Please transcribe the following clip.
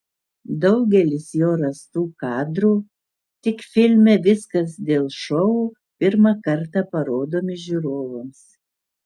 daugelis jo rastų kadrų tik filme viskas dėl šou pirmą kartą parodomi žiūrovams